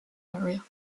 area